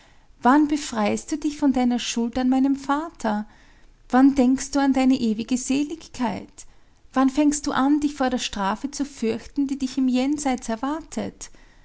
wann befreist du dich von deiner schuld an meinem vater wann denkst du an deine ewige seligkeit wann fängst du an dich vor der strafe zu fürchten die dich im jenseits erwartet